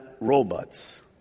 robots